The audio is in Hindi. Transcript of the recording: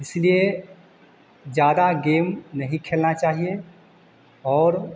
इसलिए ज़्यादा गेम नहीं खेलना चाहिए और